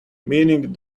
meaning